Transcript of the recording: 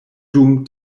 dum